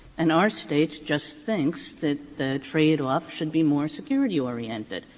and our state just thinks that the tradeoff should be more security oriented,